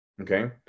okay